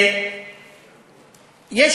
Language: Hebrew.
וגם נגדי באופן אישי.